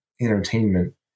entertainment